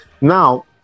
Now